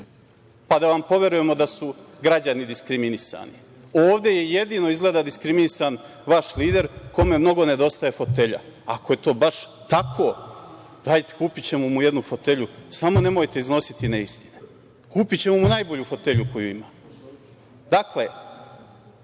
pa da vam poverujemo da su građani diskriminisani. Ovde je jedino izgleda diskriminisan vaš lider, kome mnogo nedostaje fotelja. Ako je to baš tako, dajte, kupićemo mu jednu fotelju, samo nemojte iznositi neistine. Kupićemo mu najbolju fotelju koju ima. Dakle,